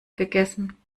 gegessen